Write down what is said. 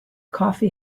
coffee